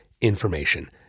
information